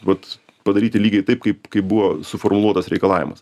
vat padaryti lygiai taip kaip kaip buvo suformuluotas reikalavimas